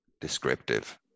descriptive